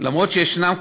למרות שישנם,